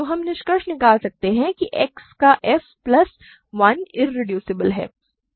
तो हम निष्कर्ष निकाल सकते हैं कि X का f प्लस 1 इरेड्यूसबल है